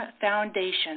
foundation